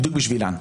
בדיוק בשבילן.